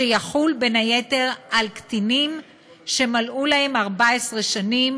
שיחול בין היתר על קטינים שמלאו להם 14 שנים